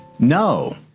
No